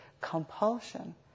compulsion